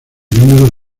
número